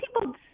people